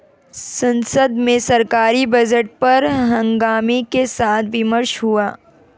संसद में सरकारी बजट पर हंगामे के साथ विमर्श हुआ